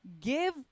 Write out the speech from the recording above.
give